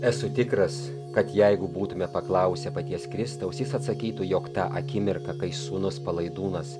esu tikras kad jeigu būtumėme paklausę paties kristaus jis atsakytų jog tą akimirką kai sūnus palaidūnas